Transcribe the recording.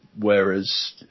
whereas